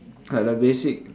like the basic